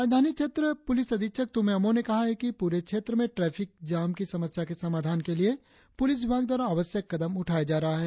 राजधानी क्षेत्र के पुलिस अधीक्षक तुम्मे आमो ने कहा है पूरे क्षेत्र में ट्रैफिक जाम की समस्या के समाधान के लिए पुलिस विभाग द्वारा आवश्यक कदम उठाया जा रहा है